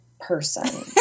person